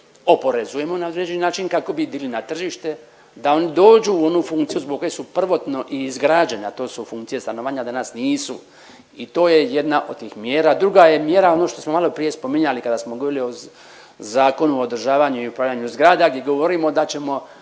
oporezujemo na određeni način kako bi bili na tržište, da oni dođu u onu funkciju zbog kojih su prvotno i izgrađene, a to su funkcije stanovanja danas nisu i to je jedna od tih mjera, druga je mjera ono što smo maloprije spominjali kada smo govorili o Zakonu o održavanju i upravljanju zgrada, gdje govorimo da ćemo